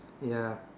ya